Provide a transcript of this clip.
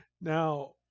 Now